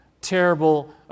terrible